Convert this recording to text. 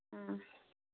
ம்